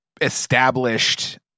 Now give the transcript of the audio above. established